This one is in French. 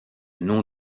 nom